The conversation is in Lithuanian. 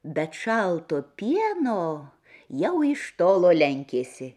bet šalto pieno jau iš tolo lenkėsi